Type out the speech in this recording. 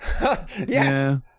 yes